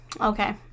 Okay